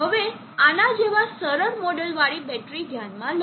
હવે આના જેવા સરળ મોડેલવાળી બેટરી ધ્યાનમાં લો